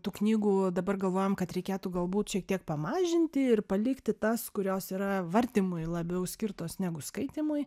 tų knygų dabar galvojam kad reikėtų galbūt šiek tiek pamažinti ir palikti tas kurios yra vartymui labiau skirtos negu skaitymui